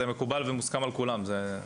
זה מקובל ומוסכם על כולם.